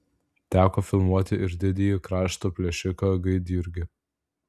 teko filmuoti ir didįjį krašto plėšiką gaidjurgį